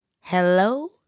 Hello